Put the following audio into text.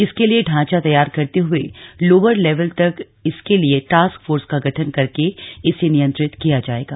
इसके लिए ढांचा तैयार करते हुए लोवर लेवल तक इसके लिए टास्क फोर्स का गठन करके इसे नियंत्रित किया जाएगा